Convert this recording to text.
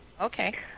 Okay